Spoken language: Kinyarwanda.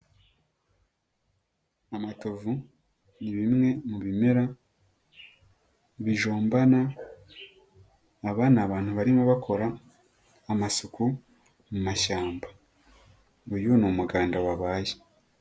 Amatovu ni bimwe mu bimera bijombana, aba ni abantu barimo bakora amasuku mu mashyamba. Uyu ni umuganda wabaye.